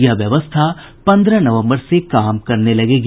यह व्यवस्था पन्द्रह नवम्बर से काम करने लगेगी